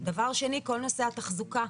דבר שני, כל נושא התחזוקה.